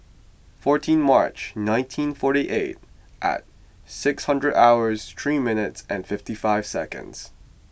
fourteen March nineteen forty eight and six hundred hours three minutes and fifty five seconds